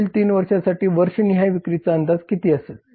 पुढील 3 वर्षांसाठी वर्षनिहाय विक्रीचा अंदाज किती असेल